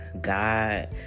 God